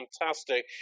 fantastic